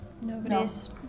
Nobody's